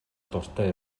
дуртай